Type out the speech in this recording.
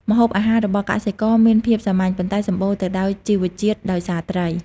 ម្ហូបអាហារ របស់កសិករមានភាពសាមញ្ញ ប៉ុន្តែសម្បូរទៅដោយជីវជាតិដោយសារត្រី។